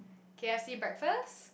K_F_C breakfast